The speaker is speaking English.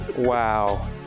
Wow